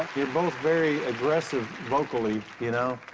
you're both very aggressive vocally, you know.